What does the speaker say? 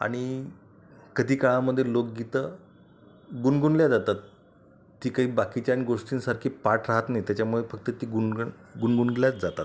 आणि कधीकाळामध्ये लोकगीतं गुणगुणल्या जातात ती काही बाकीच्या गोष्टींसारखी पाठ राहात नाही त्याच्यामुळे फक्त ती गुणगण गुणगुणल्याच जातात